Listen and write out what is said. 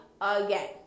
again